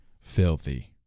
filthy